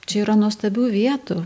čia yra nuostabių vietų